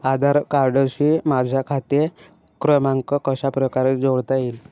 आधार कार्डशी माझा खाते क्रमांक कशाप्रकारे जोडता येईल?